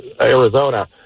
Arizona